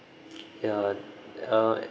ya uh